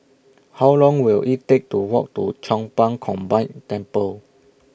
How Long Will IT Take to Walk to Chong Pang Combined Temple